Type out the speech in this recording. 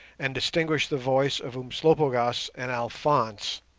and distinguished the voice of umslopogaas and alphonse,